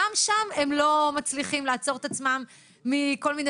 גם שם הם לא מצליחים לעצור את עצמם מכל מיני